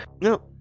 No